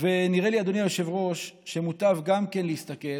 נראה לי, אדוני היושב-ראש, שמוטב גם להסתכל